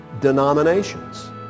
denominations